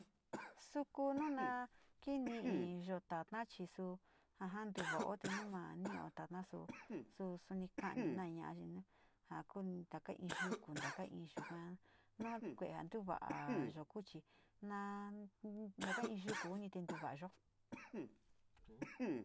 Su kuu nana kini iyo taana chi su ja, ja ntuvao te nu manio tana su suni ka´aninaña, ja koo in taka in yuku in yuga, nu kue´e ja ntuva´ayo kuchi, na, naka in yuku te ntuvayo.